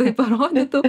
tai parodytų